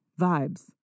Vibes